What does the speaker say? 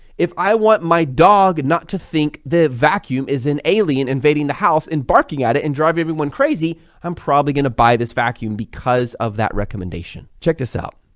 if i want my dog not to think the vacuum is an alien invading the house and barking at it and driving everyone crazy, i'm probably gonna buy this vacuum because of that recommendation. check this out,